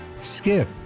Skip